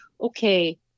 okay